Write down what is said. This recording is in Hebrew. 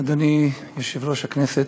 אדוני יושב-ראש הכנסת,